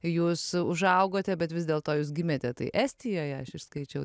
jūs užaugote bet vis dėlto jūs gimėte tai estijoje aš išskaičiau